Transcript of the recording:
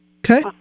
Okay